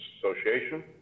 Association